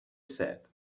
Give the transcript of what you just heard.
said